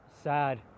Sad